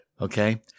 okay